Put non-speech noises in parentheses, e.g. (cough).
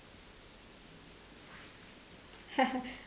(laughs)